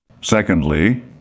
Secondly